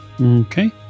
Okay